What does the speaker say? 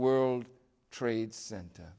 world trade center